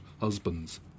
husbands